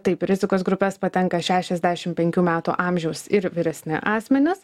taip į rizikos grupes patenka šešiasdešim penkių metų amžiaus ir vyresni asmenys